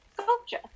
sculpture